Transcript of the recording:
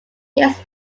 years